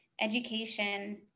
education